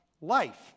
life